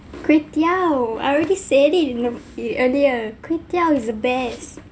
kway teow I already said it in the it earlier kway teow is the best